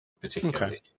particularly